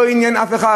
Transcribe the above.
לא עניין אף אחד,